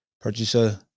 Purchase